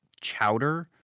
Chowder